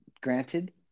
Granted